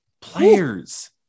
players